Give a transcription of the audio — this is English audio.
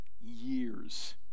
years